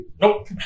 Nope